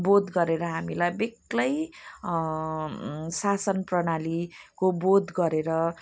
बोध गरेर हामीलाई बेग्लै शासन प्रणालीको बोध गरेर